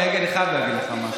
אני חייב להגיד לך משהו,